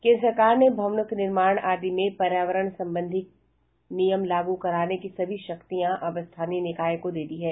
केन्द्र सरकार ने भवनों के निर्माण आदि में पर्यावरण संबंधी नियम लागू कराने की सभी शक्तियां अब स्थानीय निकायों को दे दी हैं